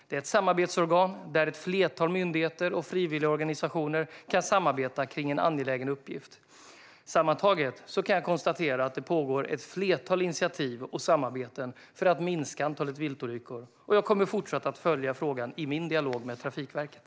Det är ett samarbetsorgan där ett flertal myndigheter och frivilligorganisationer kan samarbeta kring en angelägen uppgift. Sammantaget kan jag konstatera att det pågår ett flertal initiativ och samarbeten för att minska antalet viltolyckor. Jag kommer att fortsätta att följa frågan i min dialog med Trafikverket.